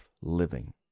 living